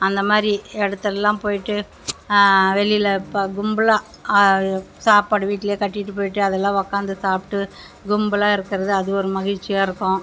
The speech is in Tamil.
அந்தமாதிரி இடத்துலாம் போய்ட்டு வெளியில் இப்போ கும்பலாக சாப்பாடு வீட்லேயே கட்டிகிட்டு போய்ட்டு அதுலாம் உக்காந்து சாப்பிட்டு கும்பலாக இருக்கிறது அது ஒரு மகிழ்ச்சியாக இருக்கும்